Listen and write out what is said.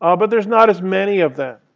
ah but there's not as many of them.